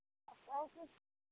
आओर किछु